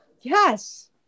Yes